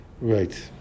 Right